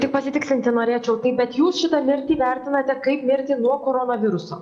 tik pasitikslinti norėčiau taip bet jūs šitą mirtį įvertinate kaip mirtį nuo koronaviruso